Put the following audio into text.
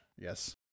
Yes